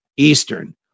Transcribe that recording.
Eastern